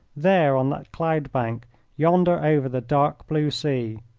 there on that cloud-bank yonder over the dark blue sea.